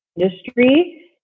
industry